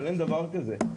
אבל אין דבר כזה.